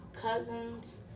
cousin's